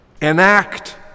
Enact